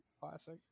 classic